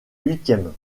huitième